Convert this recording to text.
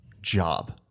job